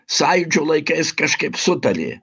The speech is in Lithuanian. sąjūdžio laikais kažkaip sutarė